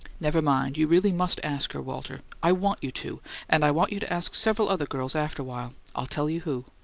never mind. you really must ask her, walter. i want you to and i want you to ask several other girls afterwhile i'll tell you who.